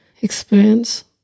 experience